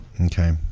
Okay